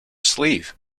sleeve